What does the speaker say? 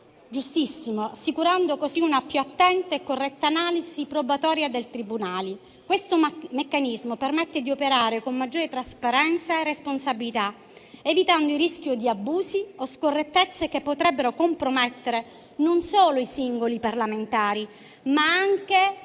giustissimo - assicurando così una più attenta e corretta analisi probatoria dei tribunali. Questo meccanismo permette di operare con maggiore trasparenza e responsabilità, evitando il rischio di abusi o scorrettezze che potrebbero compromettere non solo i singoli parlamentari, ma anche -